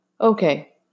Okay